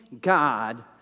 God